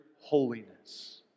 holiness